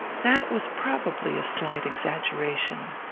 that was probably a slight exaggeration.